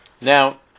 Now